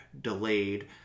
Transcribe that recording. delayed